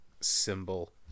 symbol